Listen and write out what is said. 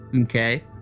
Okay